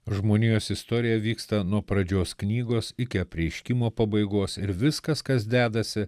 žmonijos istorija vyksta nuo pradžios knygos iki apreiškimo pabaigos ir viskas kas dedasi